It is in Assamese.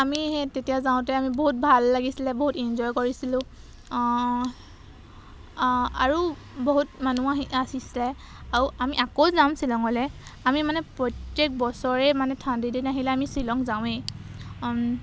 আমি সেই তেতিয়া যাওঁতে আমি বহুত ভাল লাগিছিলে বহুত ইঞ্জয় কৰিছিলোঁ আৰু বহুত মানুহ আহিছিলে আৰু আমি আকৌ যাম শ্বিলঙলৈ আমি মানে প্ৰত্যেক বছৰেই মানে ঠাণ্ডা দিন আহিলে আমি শ্বিলং যাওঁৱেই